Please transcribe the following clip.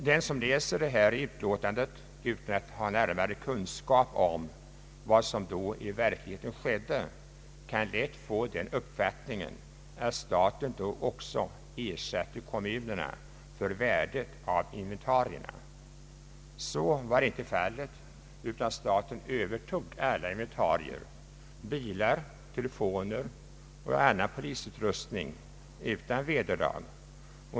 Den som läser detta i utlåtandet utan att ha närmare kunskap om vad som i verkligheten skedde, kan lätt få uppfattningen att staten då också ersatte kommunerna för värdet av inventarierna. Så var inte fallet, utan staten övertog alla inventarier, bilar, telefoner och polisutrustning utan vederlag.